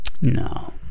No